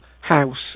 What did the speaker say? House